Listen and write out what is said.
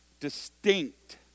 distinct